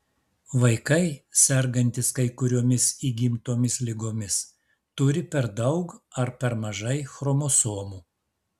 vaikai sergantys kai kuriomis įgimtomis ligomis turi per daug ar per mažai chromosomų